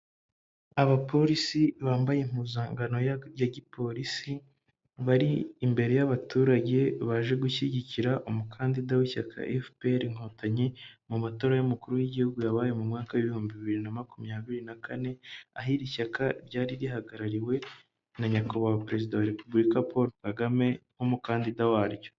Abapolisi bambaye impuzankano ya gipolisi, bari imbere y'abaturage baje gushyigikira umukandida w'ishyaka FPR inkotanyi, mu matora y'umukuru w'igihugu yabaye mu mwaka w' ibihumbi biri na makumyabiri na kane, aho iri shyaka ryari rihagarariwe na nyakubahwa Perezida wa Repubulika Paul Kagame nk'umukandida waryo.